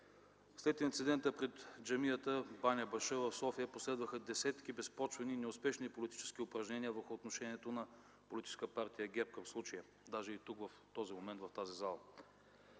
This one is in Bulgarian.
След инцидента пред джамията „Баня Баши” в София последваха десетки безпочвени и неуспешни политически упражнения върху отношението на Политическа партия ГЕРБ към случая, даже и тук, в този момент, в тази зала.